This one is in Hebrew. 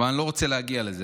אבל אני לא רוצה להגיע לזה.